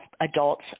adults